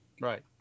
Right